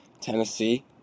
Tennessee